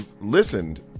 listened